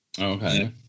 Okay